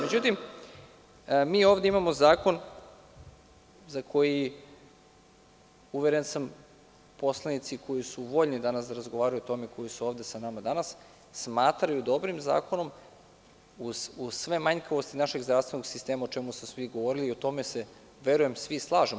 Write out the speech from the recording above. Međutim, mi ovde imamo zakon za koji, uveren sam, poslanici koji su voljni danas da razgovaraju o tome, koji su ovde sa nama danas, smatraju dobrim zakonom, uz sve manjkavosti našeg zdravstvenog sistema, o čemu su svi govorili i u tome se, verujem, svi slažemo.